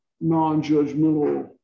non-judgmental